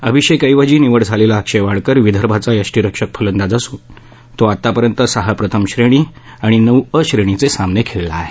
अभिषेकऐवजी निवड झालेला अक्षय वाडकर विदर्भाचा यष्टीरक्षक फलंदाज असून तो आतापर्यंत सहा प्रथम श्रेणी आणि नऊ अ श्रेणीचे सामने खेळला आहे